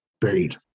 buried